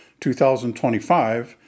2025